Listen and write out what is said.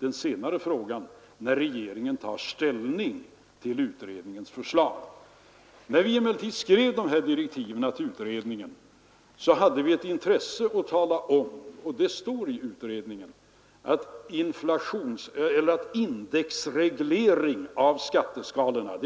en senare fråga, när regeringen tar ställning till utredningens förslag. Vad frågan gäller är en indexreglering av skatteskalorna.